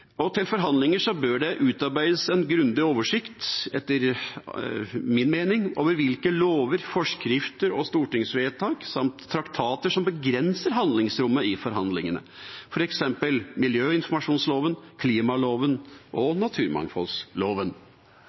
to: Til forhandlinger bør det etter min mening utarbeides en grundig oversikt over hvilke lover, forskrifter og stortingsvedtak samt traktater som begrenser handlingsrommet i forhandlingene, f.eks. miljøinformasjonsloven, klimaloven og